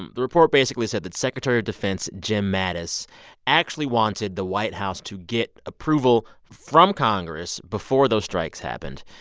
and the report basically said that secretary of defense jim mattis actually wanted the white house to get approval from congress before those strikes happened.